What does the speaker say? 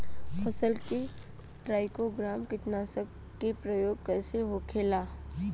फसल पे trichogramma कीटनाशक के प्रयोग कइसे होखेला?